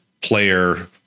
player